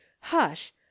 hush